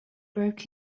broke